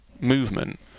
movement